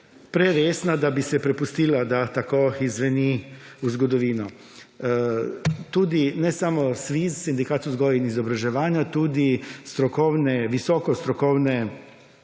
preresna, da bi se prepustila, da tako izzveni v zgodovino. Tudi ne samo SVIZ, Sindikat vzgoje in izobraževanja tudi visoko strokovne